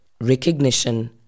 recognition